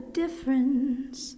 difference